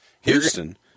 Houston